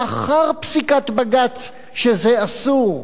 לאחר פסיקת בג"ץ שזה אסור.